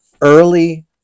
early